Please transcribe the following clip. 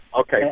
okay